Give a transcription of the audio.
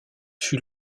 fut